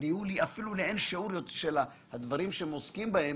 הניהול של הדברים שהם עוסקים בהם